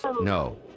No